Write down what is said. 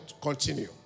continue